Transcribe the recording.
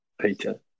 Peter